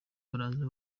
baraza